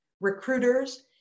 recruiters